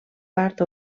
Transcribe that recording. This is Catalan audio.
part